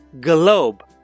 Globe